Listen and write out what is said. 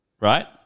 right